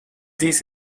this